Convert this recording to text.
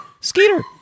Skeeter